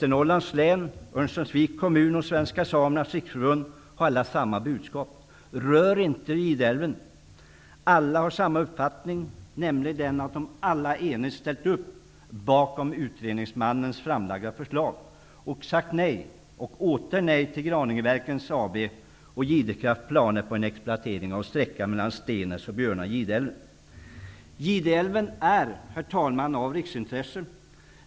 Riksförbund har alla samma budskap: Rör inte Gideälven! Alla har samma uppfattning. De har alla enigt ställt upp bakom utredningsmannens framlagda förslag och sagt nej och åter nej till Herr talman! Gideälven är av riksintresse.